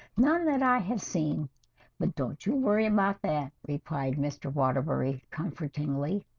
none that i have seen but don't you worry about that we pride, mr. waterbury comfortingly?